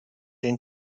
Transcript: den